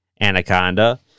Anaconda